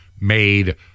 Made